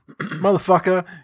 Motherfucker